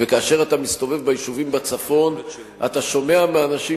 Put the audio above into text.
וכאשר אתה מסתובב ביישובים בצפון אתה שומע מהאנשים